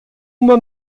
uma